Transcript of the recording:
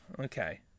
okay